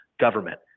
government